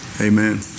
Amen